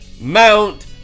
Mount